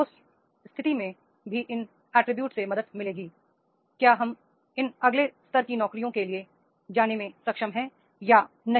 उस स्थिति में भी इन अटरीब्यूट्स से मदद मिलेगी क्या हम इन अगले स्तर की नौकरियों के लिए जाने में सक्षम हैं या नहीं